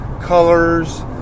colors